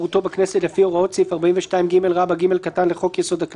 וחידוש של חברות של חבר הכנסת לפי סעיף 42ג לחוק היסוד,";